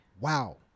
Wow